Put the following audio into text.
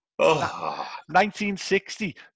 1960